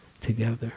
together